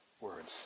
words